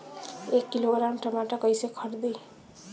एक किलोग्राम टमाटर कैसे खरदी?